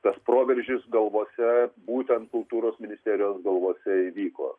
tas proveržis galvose būtent kultūros ministerijos galvose įvyko